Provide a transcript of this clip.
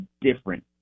different